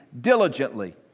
diligently